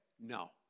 No